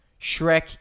Shrek